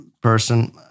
person